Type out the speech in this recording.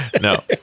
no